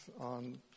on